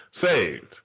saved